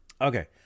Okay